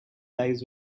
lies